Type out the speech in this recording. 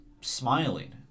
smiling